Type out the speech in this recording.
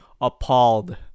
appalled